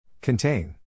Contain